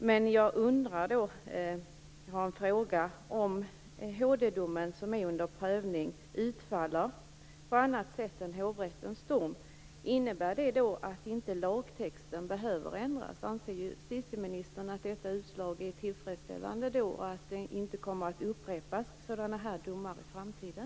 Men om den HD-dom som är under prövning utfaller på annat sätt än hovrättens dom, innebär det då att lagtexten inte behöver ändras? Anser justitieministern att detta utslag är tillfredsställande och att sådana här domar inte kommer att upprepas i framtiden?